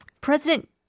President